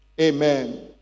Amen